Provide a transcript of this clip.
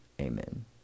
Amen